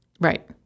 Right